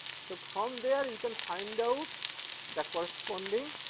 so from there we can find out the corresponding